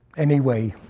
anyway,